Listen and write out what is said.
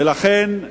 ולכן,